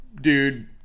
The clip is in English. dude